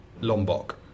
Lombok